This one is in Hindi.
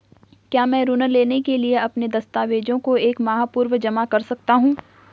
क्या मैं ऋण लेने के लिए अपने दस्तावेज़ों को एक माह पूर्व जमा कर सकता हूँ?